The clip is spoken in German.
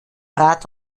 rat